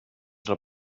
del